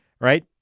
Right